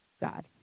God